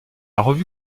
revue